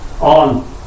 on